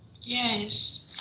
yes